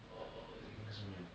err 应该是没有